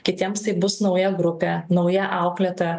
kitiems tai bus nauja grupė nauja auklėtoja